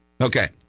Okay